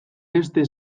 beste